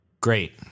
Great